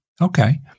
okay